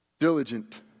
Diligent